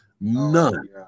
None